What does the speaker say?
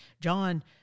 John